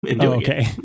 Okay